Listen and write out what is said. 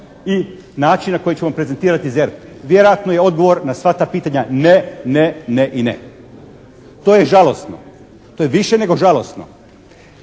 i način na koji ćemo prezentirati ZERP? Vjerojatno je odgovor na sva ta pitanja ne, ne, ne i ne. To je žalosno. To je više nego žalosno,